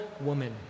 woman